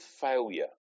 failure